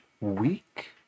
week